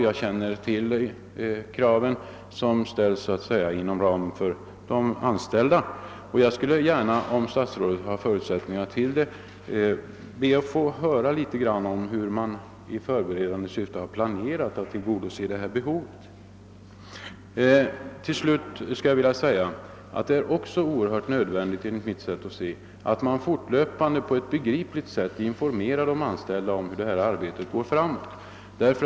Jag känner till de krav som rests av de anställda, och jag skulle gärna vilja höra litet om hur man i förberedande syfte har planerat att tillgodose detta behov, om statsrådet har förutsättningar för att nu lämna en sådan redogörelse. Enligt mitt sätt att se är det också nödvändigt att man fortlöpande på ett begripligt sätt informerar de ansällda om hur arbetet går framåt.